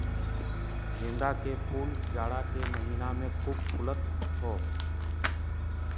गेंदा के फूल जाड़ा के महिना में खूब फुलत हौ